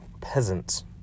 peasants